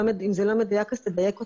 אם זה לא מדויק אז תדייק אותי,